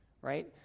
right